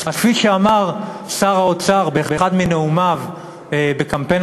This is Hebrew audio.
אז כפי שאמר שר האוצר באחד מנאומיו בקמפיין